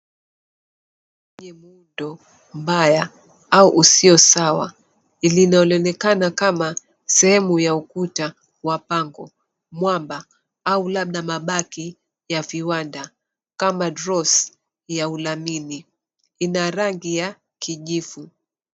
Lenye muundo mbaya au usio sawa, linaloonekana kama sehemu ya ukuta wa pango, mwamba au labda mabaki ya viwanda kama Draws ya ulamini. Ina rangi ya kijivu.